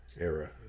era